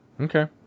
Okay